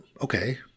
Okay